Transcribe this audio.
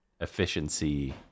efficiency